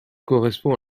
correspond